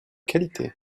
qualité